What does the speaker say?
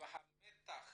והמתח